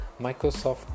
Microsoft